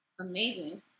amazing